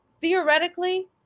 theoretically